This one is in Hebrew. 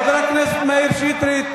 רבותי, רבותי, סליחה, חבר הכנסת מאיר שטרית,